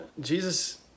Jesus